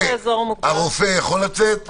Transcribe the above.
הרופא יכול לצאת?